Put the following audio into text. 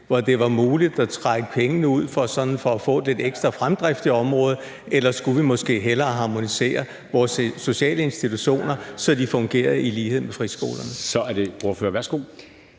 hvor det var muligt at trække pengene ud for sådan at få lidt ekstra fremdrift i området, eller skulle vi måske hellere harmonisere vores sociale institutioner, så de fungerede i lighed med friskolerne? Kl. 10:29 Formanden (Henrik